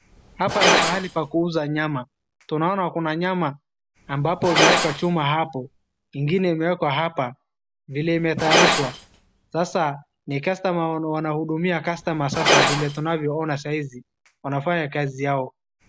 Hapa ni pahali pa kuuza nyama. Tunaona kuna nyama ambapo imeekwa chuma hapa. Ingine imewekwa hapa. Vile imetayarishwa. Sasa ni customer wanaudumia customer sasa vile tunavyoona saa hizi. Wanafanya kazi yao.